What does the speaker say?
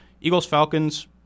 Eagles-Falcons